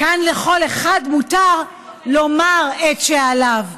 כאן לכל אחד מותר לומר את שעליו.